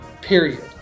Period